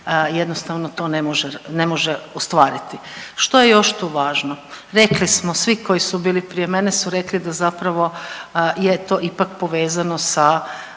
jednostavno to ne može ostvariti. Što je još tu važno? Rekli smo svi koji su bili prije mene su rekli da zapravo je to ipak povezano sa